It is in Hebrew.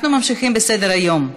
אנחנו ממשיכים בסדר-היום.